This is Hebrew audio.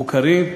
מוכרים,